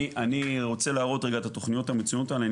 אני רוצה להראות רגע את התוכניות מצוינות האלה.